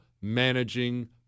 managing